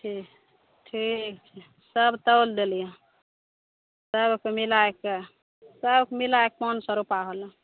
ठीक ठीक छै सभ तौल देलियै सभके मिलाके सभ मिलाके पाँच सए रुपा होलौ